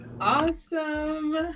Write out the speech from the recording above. Awesome